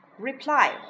Reply